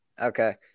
Okay